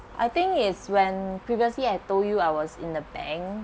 I think is when previously I told you I was in the bank